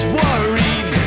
worried